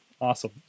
Awesome